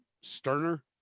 Sterner